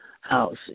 house